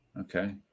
Okay